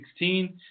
2016